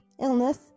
illness